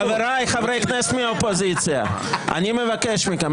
חבריי, חברי הכנסת מהאופוזיציה, אני מבקש מכם.